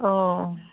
औ